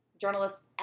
journalists